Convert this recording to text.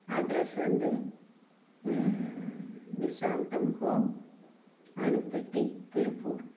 address வந்து Nisantham home Anupetti Tiruppur